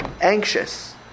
anxious